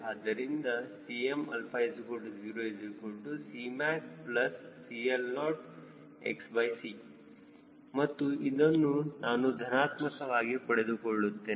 ಆದ್ದರಿಂದ Cm0CmacCLOxc ಮತ್ತು ಇದನ್ನು ನಾನು ಧನಾತ್ಮಕವಾಗಿ ಪಡೆದುಕೊಳ್ಳುತ್ತೇನೆ